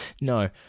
no